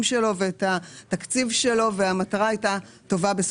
שלו ואת התקציב שלו ובסופו של דבר המטרה הייתה טובה.